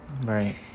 right